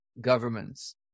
governments